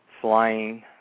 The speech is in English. flying